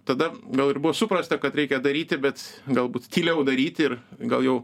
tada gal ir buvo suprasta kad reikia daryti bet galbūt tyliau daryti ir gal jau